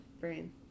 brain